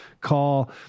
call